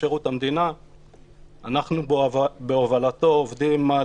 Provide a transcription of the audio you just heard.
שירות המדינה אנחנו עובדים בהובלתו על